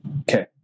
Okay